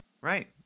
Right